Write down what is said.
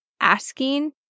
asking